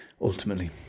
Ultimately